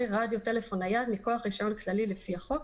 רדיו טלפון נייד מכוח רישיון כללי לפי החוק,